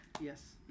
Yes